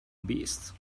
beasts